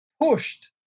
pushed